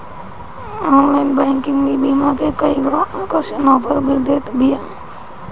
online banking ईबीमा के कईगो आकर्षक आफर भी देत बिया